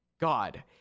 God